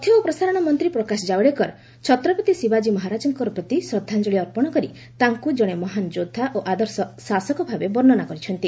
ତଥ୍ୟ ଓ ପ୍ରସାରଣ ମନ୍ତ୍ରୀ ପ୍ରକାଶ କାୱଡେକର ଛତ୍ରପତି ଶିବାଜୀ ମହାରାଜଙ୍କ ପ୍ରତି ଶ୍ରଦ୍ଧାଞ୍ଜଳି ଅର୍ପଣ କରି ତାଙ୍କୁ ଜଣେ ମହାନ୍ ଯୋଦ୍ଧା ଓ ଆଦର୍ଶ ଶାସକ ଭାବେ ବର୍ଷ୍ଣନା କରିଛନ୍ତି